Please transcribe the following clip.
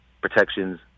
protections